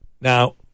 Now